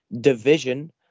division